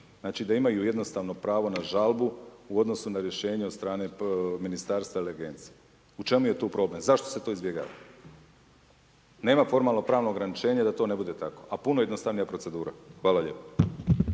znači da imaju jednostavno pravo na žalbu u odnosu na rješenje od strane ministarstva .../Govornik se ne razumije./... U čemu je tu problem? zašto se to izbjegava? Nema formalno pravnog ograničenja da to ne bude tako, a puno jednostavnija procedura. Hvala lijepa.